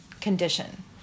condition